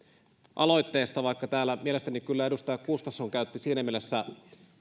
aloitteesta vaikka täällä mielestäni kyllä edustaja gustafsson käytti siinä mielessä